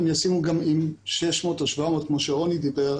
אם ישימו 600 או 700 כמו שרוני אמר,